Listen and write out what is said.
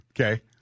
Okay